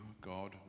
God